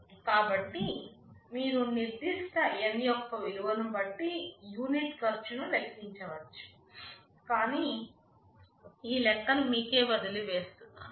కాబట్టి మీరు నిర్దిష్ట N యొక్క విలువను బట్టి యూనిట్ ఖర్చును లెక్కించవచ్చు నేను ఈ లెక్కను మీకే వదిలివేస్తున్నాను